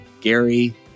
Gary